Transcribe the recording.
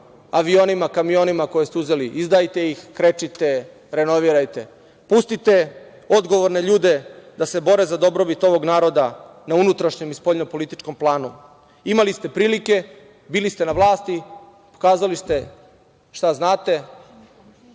avionima, kamionima koje ste uzeli. Izdajte ih, krečite, renovirajte. Pustite odgovorne ljude da se bore za dobrobit ovog naroda na unutrašnjem i spoljno-političkom planu. Imali ste prilike, bili ste na vlasti, pokazali ste šta znate.